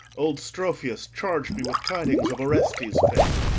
old strophius charged me with tidings of orestes' fate.